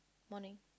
morning